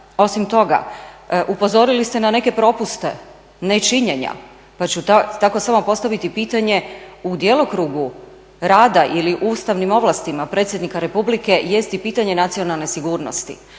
Osim toga, upozorili ste na neke propuste nečinjenja pa ću tako samo postaviti pitanje, u djelokrugu rada ili ustavnim ovlastima predsjednika Republike jest i pitanje nacionalne sigurnosti.